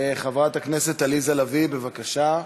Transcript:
חברת הכנסת עליזה לביא, בבקשה.